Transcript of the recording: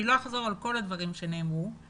אני לא אחזור על כל הדברים שנאמרו אבל